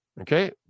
Okay